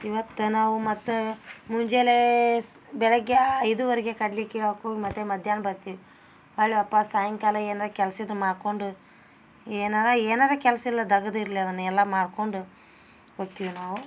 ಇವತ್ತು ನಾವು ಮತ್ತೆ ಮುಂಜಾಲೇ ಸ್ ಬೆಳಗ್ಗೆ ಐದುವರೆಗೆ ಕಡ್ಲೆ ಕೀಳಕ್ಕೆ ಹೋಗ್ ಮತ್ತೆ ಮಧ್ಯಾಹ್ನ ಬರ್ತೀವಿ ಅಲ್ವಪ್ಪ ಸಾಯಂಕಾಲ ಏನ್ರೆ ಕೆಲ್ಸ ಇದ್ರೆ ಮಾಡ್ಕೊಂಡು ಏನಾರ ಏನಾರ ಕೆಲ್ಸಿಲ್ಲದಗದಿರಲಿ ಅದನ್ನ ಎಲ್ಲ ಮಾಡ್ಕೊಂಡು ಹೊಕ್ಕಿವಿ ನಾವು